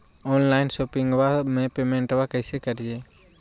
Online शोपिंगबा में पेमेंटबा कैसे करिए?